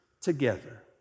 together